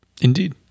Indeed